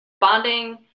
bonding